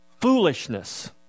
foolishness